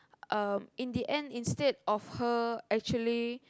um in the end instead of her actually